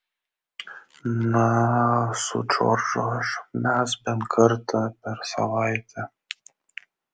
na su džordžu aš mes bent kartą per savaitę